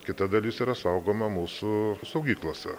kita dalis yra saugoma mūsų saugyklose